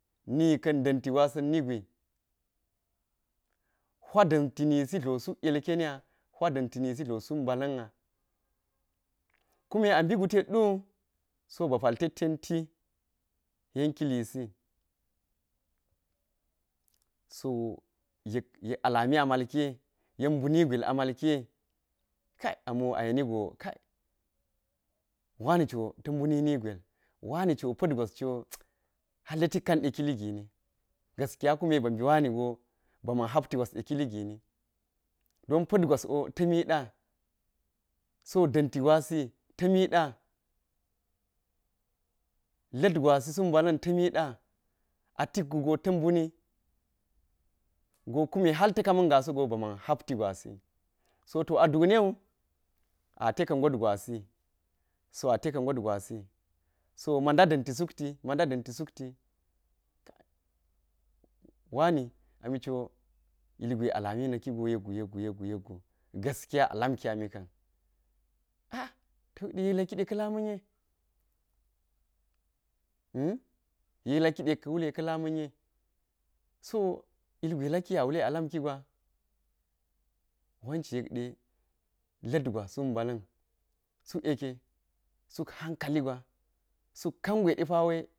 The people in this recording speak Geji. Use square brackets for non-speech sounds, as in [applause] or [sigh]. Nika̱n ɗanti gwa̱sa̱n nigwi, huidanti nisi tlo suk ilkeniya̱ huidanti nisi tlo suk ba̱la̱n a, kume abigutet ɗu so ba̱ pa̱l tenti, yenkilisi, so yek yek alami ama̱lkiye, yek buni gwail a ma̱l kiye. Ka̱i amo ayenigo kai wa̱nichota̱ bunini gwail, wanicho pa̱twa̱scho [noise] halte tikka̱ niɗa kiligini, gaskiya kunne babi wanigo banma̱n hapti gwasiɗe kiligini don pa̱twas o tamida so ɗa̱nti gwa̱si ta̱mida̱ la̱t gwa̱si suk mba̱la̱n tamiɗa, a tikgugo ta̱ buni go kume har ta̱ kamiga̱ sogo ba̱ma̱n hapti gwasi, so a ɗuknewu ate ka̱ got gwasi, so ate ka gotgwasi so mada ɗanti sukti, ma̱ɗa danti suk ti [hesitation] wa̱ni amicho ilgwe a lami na kigo yekgu yekgu yelegu gaskiya a la̱mki amika̱n, a'a ka yekla kide ka̱ la̱ma̱nye [hesitation] yek la̱kiɗe yek ka̱ wule ka̱ la̱ma̱nye so ilgwai laki yek a wule ala̱mkigwa wance yekɗe, latgwa suk ba̱la̱n suk yekka suk hanka ligw suk kan gwaiɗepa̱.